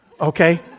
Okay